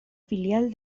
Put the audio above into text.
filial